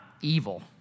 evil